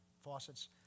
faucets